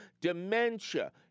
dementia